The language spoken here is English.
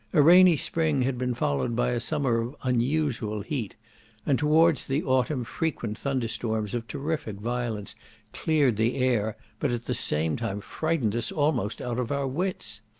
a rainy spring had been followed by a summer of unusual heat and towards the autumn frequent thunderstorms of terrific violence cleared the air, but at the same time frightened us almost out of our wits.